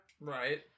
Right